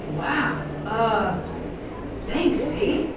wow! ah thanks vee!